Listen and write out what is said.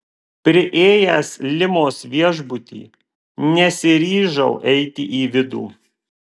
priėjęs limos viešbutį nesiryžau eiti į vidų